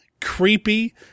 creepy